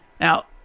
Now